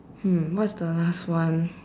hmm what is the last one